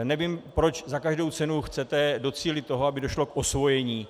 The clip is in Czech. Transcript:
Nevím, proč za každou cenu chcete docílit toho, aby došlo k osvojení.